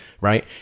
right